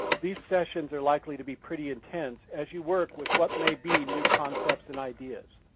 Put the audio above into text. these sessions are likely to be pretty intense as you work with what may be new concepts and ideas.